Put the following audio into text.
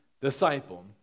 disciple